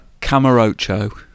Camarocho